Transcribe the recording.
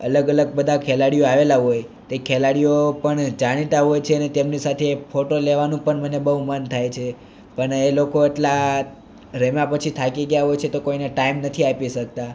અલગ અલગ બધા ખેલાડીઓ આવેલા હોય તે ખેલાડીઓ પણ જાણીતા હોય છે ને તેમની સાથે ફોટો લેવાનું પણ મને બહુ મન થાય છે પણ એ લોકો આટલા રમ્યા પછી થાકી ગયા હોય છે તો કોઈને ટાઇમ નથી આઈપી શકતા